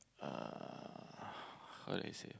uh how do I say it